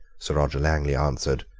sir roger langley answered,